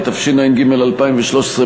התשע"ג 2013,